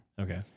Okay